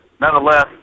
Nonetheless